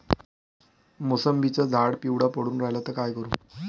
मोसंबीचं झाड पिवळं पडून रायलं त का करू?